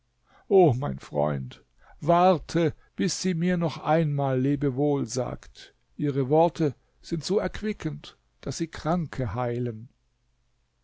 o mein freund warte bis sie mir noch einmal lebewohl sagt ihre worte sind so erquickend daß sie kranke heilen